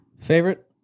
favorite